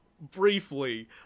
briefly